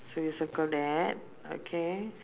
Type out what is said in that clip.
so you circle that okay